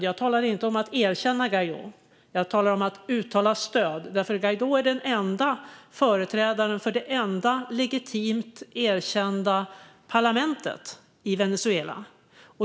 Jag talar inte om att erkänna Guaidó. Jag talar om att uttala stöd. Guaidó är den enda företrädaren för det enda legitimt erkända parlamentet i Venezuela.